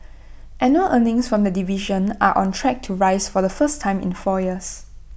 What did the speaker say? annual earnings from the division are on track to rise for the first time in four years